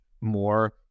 more